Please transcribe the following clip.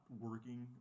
working